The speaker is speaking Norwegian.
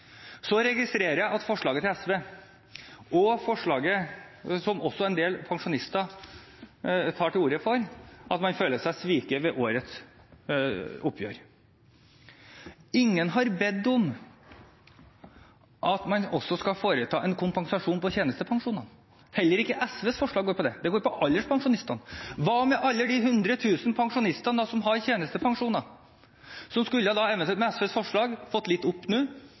Så registrerer jeg med forslaget fra SV, forslaget som også en del pensjonister tar til orde for, at man føler seg sveket ved årets oppgjør. Ingen har bedt om at man også skal foreta en kompensasjon for tjenestepensjoner. Heller ikke SVs forslag går på det. Det går på alderspensjonistene. Hva med alle de hundre tusen pensjonistene som har tjenestepensjoner, som med SVs forslag nå eventuelt skulle gått litt opp